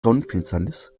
sonnenfinsternis